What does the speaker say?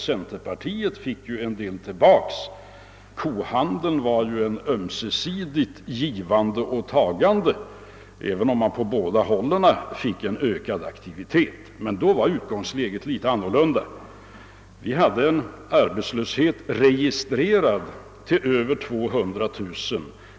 Centerpartiet fick ju också en del tillbaka; kohandeln var ju ett ömsesidigt givande och tagande, även om man på båda hållen fick en ökad aktivitet. Men då var utgångsläget litet annorlunda. Vi hade en registrerad arbetslöshet på över 200 000.